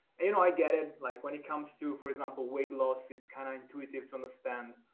you know, i get it like when it comes to, for example, weight loss, it's kind of intuitive to understand.